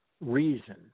reason